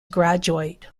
graduate